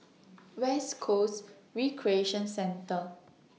West Coast Recreation Centre